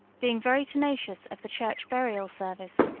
being very tenacious of the church burial service,